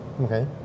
Okay